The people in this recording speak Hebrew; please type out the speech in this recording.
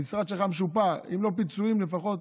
המשרד שלך משופע, אם לא פיצויים, לפחות,